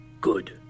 good